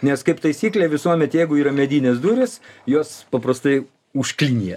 nes kaip taisyklė visuomet jeigu yra medinės durys jos paprastai už kiniją